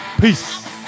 Peace